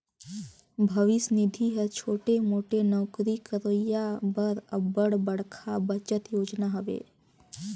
भविस निधि हर छोटे मोटे नउकरी करोइया बर अब्बड़ बड़खा बचत योजना हवे